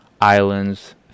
islands